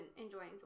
enjoying